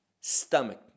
stomach